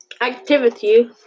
activity